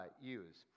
use